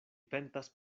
pentas